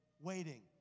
Waiting